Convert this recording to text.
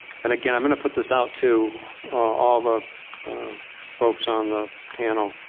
and again i'm gonna put this out to all the folks on the panel.